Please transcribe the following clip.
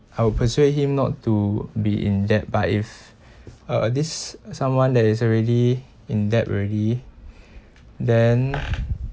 I would persuade him not to be in debt but if uh this someone that is already in debt already then